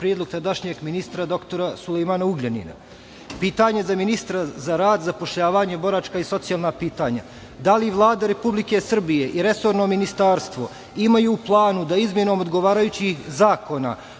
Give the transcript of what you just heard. predlog tadašnjeg ministra doktora Sulejmana Ugljanina? Pitanje za ministra za rad, zapošljavanje, boračka i socijalna pitanja – da li Vlada Republike Srbije i resorno ministarstvo imaju u planu da izmenom odgovarajućih zakona